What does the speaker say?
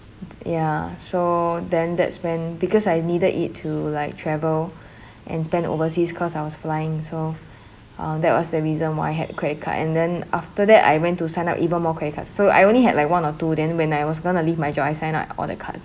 ya so then that's when because I needed it to like travel and spend overseas cause I was flying so uh that was the reason why I had credit card and then after that I went to sign up even more credit cards so I only had like one or two then when I was going to leave my job I sign up all the cards